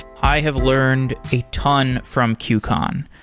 i have learned a ton from qcon.